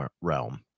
realm